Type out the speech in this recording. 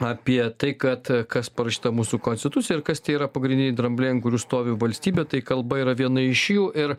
apie tai kad kas parašyta mūsų konstitucijoj ir kas tai yra pagrindiniai drambliai ant kurių stovi valstybė tai kalba yra viena iš jų ir